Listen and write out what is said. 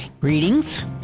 Greetings